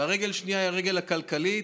והרגל השנייה היא הרגל הכלכלית,